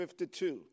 52